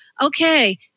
okay